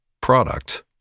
product